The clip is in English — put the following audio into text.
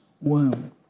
womb